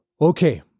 Okay